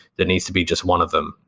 that needs to be just one of them.